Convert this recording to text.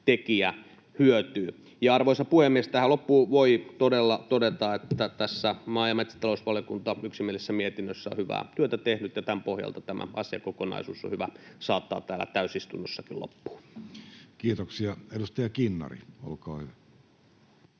tekijä hyötyy. Arvoisa puhemies! Tähän loppuun voi todella todeta, että maa- ja metsätalousvaliokunta on tässä yksimielisessä mietinnössään hyvää työtä tehnyt ja tämän pohjalta tämä asiakokonaisuus on hyvä saattaa täällä täysistunnossakin loppuun. [Speech 5] Speaker: Jussi Halla-aho